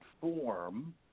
form